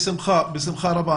בשמחה, בשמחה רבה.